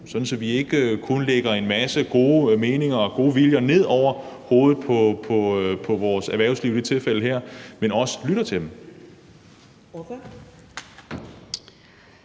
at vi ikke kun lægger en masse gode meninger og gode viljer ned over hovedet på vores erhvervsliv i det tilfælde her, men også lytter til dem.